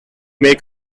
make